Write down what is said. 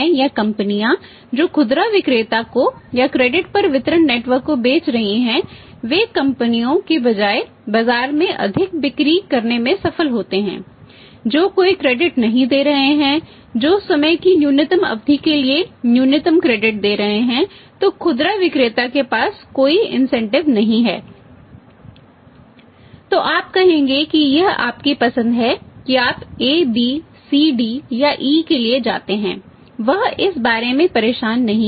तो आप कहेंगे कि यह आपकी पसंद है कि आप A B C D या E के लिए जाते हैं वह इस बारे में परेशान नहीं है